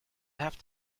have